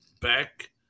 back